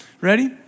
Ready